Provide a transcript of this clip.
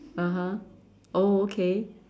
(uh huh) oh okay